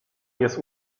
jest